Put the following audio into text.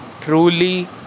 truly